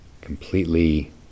Completely